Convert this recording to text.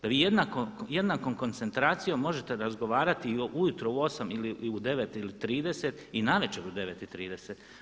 Da vi jednakom koncentracijom možete razgovarati ujutro u 8 ili u 9,30 i navečer u 9,30?